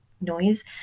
noise